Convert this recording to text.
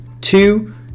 Two